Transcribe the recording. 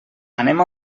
anem